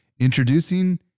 Introducing